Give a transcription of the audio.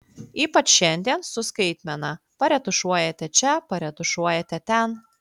ypač šiandien su skaitmena paretušuojate čia paretušuojate ten